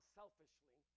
selfishly